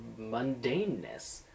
mundaneness